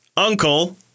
Uncle